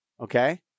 Okay